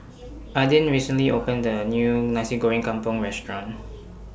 Adin recently opened A New Nasi Goreng Kampung Restaurant